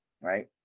Right